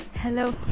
Hello